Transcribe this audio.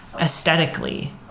aesthetically